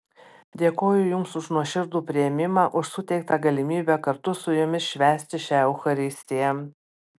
dėkoju jums už nuoširdų priėmimą už suteiktą galimybę kartu su jumis švęsti šią eucharistiją